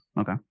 Okay